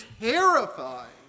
terrifying